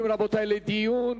רבותי, עוברים לדיון.